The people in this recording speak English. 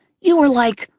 you were like,